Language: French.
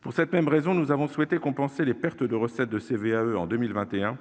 Pour cette même raison, nous avons souhaité compenser les pertes de recettes de CVAE en 2021